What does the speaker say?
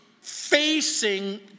facing